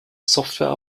software